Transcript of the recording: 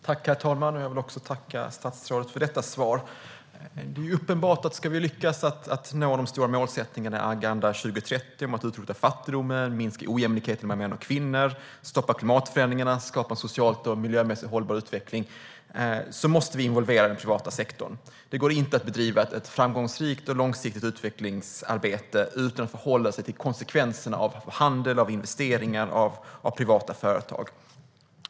Herr talman! Jag vill tacka statsrådet också för detta svar. Det är uppenbart att om vi ska lyckas nå de stora målsättningarna i Agenda 2030 om att utrota fattigdomen, minska ojämlikheten mellan män och kvinnor, stoppa klimatförändringarna och skapa en socialt och miljömässigt hållbar utveckling måste vi involvera den privata sektorn. Det går inte att bedriva ett framgångsrikt och långsiktigt utvecklingsarbete utan att förhålla sig till konsekvenserna av handel, investeringar och privata företag.